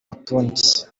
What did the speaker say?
utundi